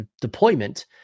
deployment